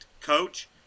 coach